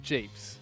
Jeeps